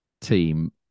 team